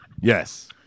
Yes